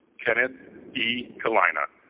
kenneth e. kalenna